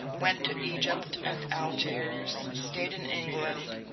went to egypt and algiers, stayed in england,